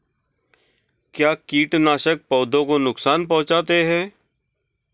क्या कीटनाशक पौधों को नुकसान पहुँचाते हैं?